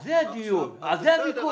על זה הדיון, על זה הוויכוח.